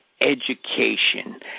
education